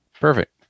Perfect